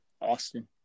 Austin